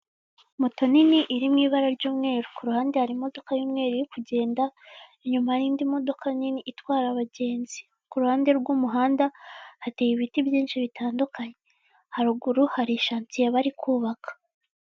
moto nini iri mwibara ry'umweru kuruhande hari imodoka y'umweru iri kugenda inyuma harindi modoka nini itwara abagenzi, kuruhande rw'umuhanda hateye ibiti byinshi bitandukanye, haruguru hari ishansiye bari kubaka